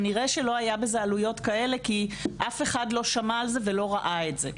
כנראה שלא היה בזה עלויות כאלה כי אף אחד לא שמע על זה ולא ראה את זה.